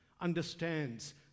understands